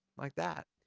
like that.